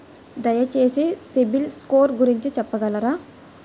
దయచేసి సిబిల్ స్కోర్ గురించి చెప్పగలరా?